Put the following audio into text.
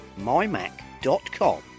mymac.com